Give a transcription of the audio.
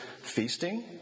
Feasting